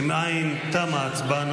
אם אין, תמה ההצבעה.